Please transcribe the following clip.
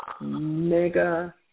mega